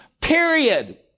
period